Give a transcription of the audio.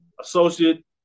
associate